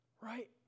Right